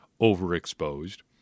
overexposed